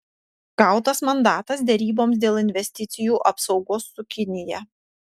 gautas mandatas deryboms dėl investicijų apsaugos su kinija